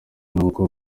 n’uko